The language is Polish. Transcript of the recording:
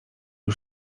już